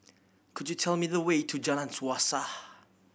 could you tell me the way to Jalan Suasa